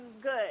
good